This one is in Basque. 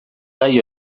gai